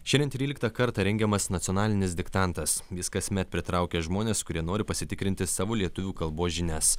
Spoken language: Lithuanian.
šiandien tryliktą kartą rengiamas nacionalinis diktantas jis kasmet pritraukia žmones kurie nori pasitikrinti savo lietuvių kalbos žinias